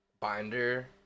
Binder